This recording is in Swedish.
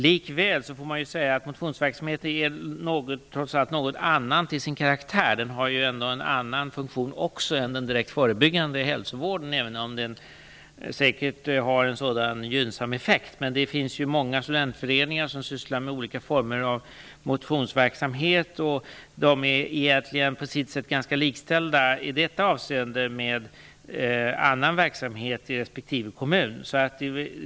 Likväl måste man säga att motionsverksamheten trots allt är något annorlunda till sin karaktär. Den har ju också en annan funktion än den direkt förebyggande hälsovården har, även om den säkert har en sådan gynnsam effekt. Men det finns många studentföreningar som sysslar med olika former av motionsverksamhet. De är på sitt sätt egentligen ganska likställda i detta avseende med annan verksamhet i respektive kommun.